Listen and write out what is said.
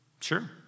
Sure